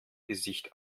gesicht